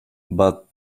but